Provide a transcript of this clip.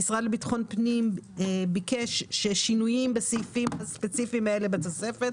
המשרד לביטחון פנים ביקש ששינויים בסעיפים הספציפיים האלה בתוספת